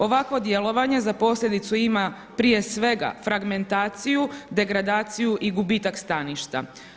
Ovakvo djelovanje za posljedicu ima prije svega fragmentaciju, degradaciju i gubitak staništa.